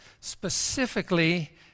specifically